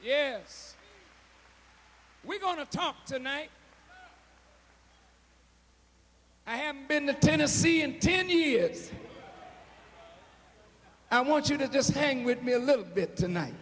yes we're going to talk tonight i have been to tennessee in ten years i want you to just hang with me a little bit tonight